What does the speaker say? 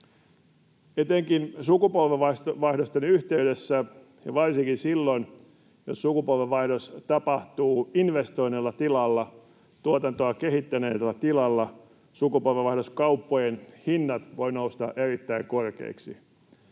Etenkin sukupolvenvaihdosten yhteydessä ja varsinkin silloin, jos sukupolvenvaihdos tapahtuu investoineella tilalla, tuotantoa kehittäneellä tilalla, sukupolvenvaihdoskauppojen hinnat voivat nousta erittäin korkeiksi.